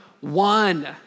one